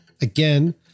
again